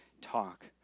talk